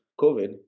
COVID